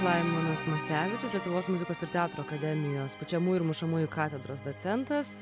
laimonas masevičius lietuvos muzikos ir teatro akademijos pučiamųjų ir mušamųjų katedros docentas